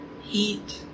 heat